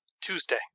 Tuesday